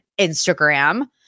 Instagram